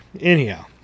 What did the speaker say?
Anyhow